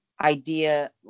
idea